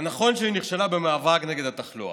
זה נכון שהיא נכשלה במאבק בתחלואה,